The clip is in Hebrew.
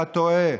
אתה טועה.